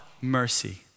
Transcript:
mercy